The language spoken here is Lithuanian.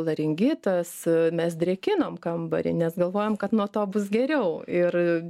laringitas mes drėkinom kambarį nes galvojom kad nuo to bus geriau ir